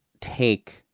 take